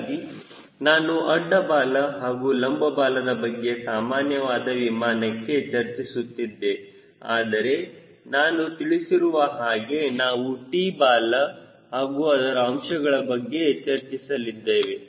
ಹೀಗಾಗಿ ನಾನು ಅಡ್ಡ ಬಾಲ ಹಾಗೂ ಲಂಬ ಬಾಲದ ಬಗ್ಗೆ ಸಾಮಾನ್ಯವಾದ ವಿಮಾನಕ್ಕೆ ಚರ್ಚಿಸುತ್ತಿದ್ದೆ ಆದರೆ ನಾನು ತಿಳಿಸಿರುವ ಹಾಗೆ ನಾವು T ಬಾಲ ಹಾಗೂ ಅದರ ಅಂಶಗಳ ಬಗ್ಗೆ ಚರ್ಚಿಸಲಿದ್ದೇವೆ